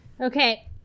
Okay